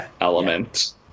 element